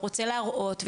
ורוצה להראות,